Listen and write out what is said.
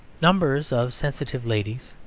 numbers of sensitive ladies,